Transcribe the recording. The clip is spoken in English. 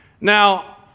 Now